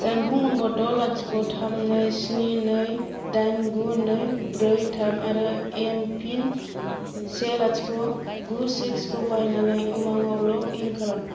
जानबुं नम्बर द' लाथिख' थाम नै स्नि नै दाइन गु नै ब्रै थाम आरो एमपिन से लाथिख' गु सिक्सखौ बाहायनानै उमांआव लग इन खालाम